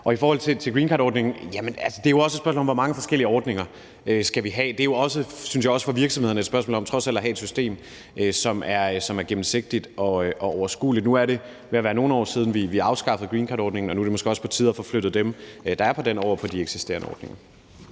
I forhold til greencardordningen er det jo også et spørgsmål om, hvor mange forskellige ordninger vi skal have. Det er jo, synes jeg, også for virksomhederne et spørgsmål om trods alt at have et system, som er gennemsigtigt og overskueligt. Nu er det ved at være nogle år siden, vi afskaffede greencardordningen, og nu er det måske også på tide at få flyttet dem, der er på den, over på de eksisterende ordninger.